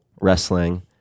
wrestling